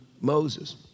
Moses